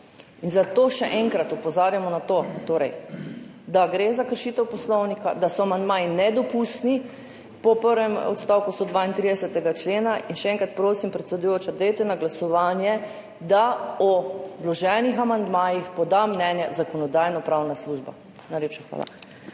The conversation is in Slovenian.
Zato še enkrat opozarjamo na to, torej da gre za kršitev poslovnika, da so amandmaji nedopustni po prvem odstavku 132. člena. In še enkrat prosim, predsedujoča, dajte na glasovanje, da o vloženih amandmajih poda mnenje Zakonodajno-pravna služba. Najlepša hvala.